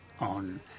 on